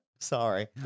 Sorry